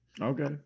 Okay